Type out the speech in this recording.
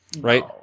Right